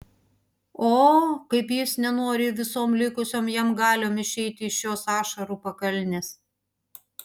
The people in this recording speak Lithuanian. o kaip jis nenori visom likusiom jam galiom išeiti iš šios ašarų pakalnės